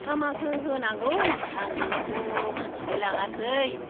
मा माखो होनांगौ आंबोथ' मोन्थिलायलाङाखै